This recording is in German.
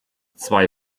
zwei